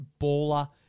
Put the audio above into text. baller